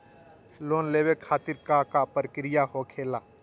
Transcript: Loan लेवे खातिर का का प्रक्रिया होखेला?